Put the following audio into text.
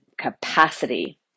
capacity